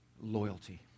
loyalty